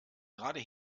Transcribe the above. gerade